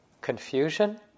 confusion